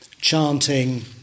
chanting